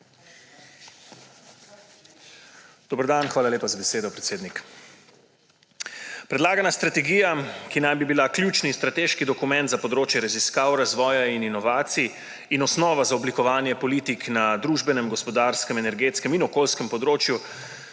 Dober dan! Hvala lepa za besedo, predsednik. Predlagana strategija, ki naj bi bila ključni strateški dokument za področje raziskav, razvoja in inovacij ter osnova za oblikovanje politik na družbenem, gospodarskem, energetskem in okoljskem področju,